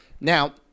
now